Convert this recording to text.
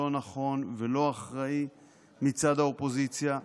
לא נכון ולא אחראי מצד האופוזיציה,